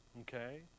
okay